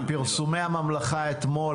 מפרסומי הממלכה אתמול,